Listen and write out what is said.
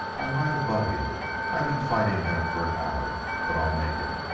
i'm right above you i've been fighting them for an hour but i'll make it!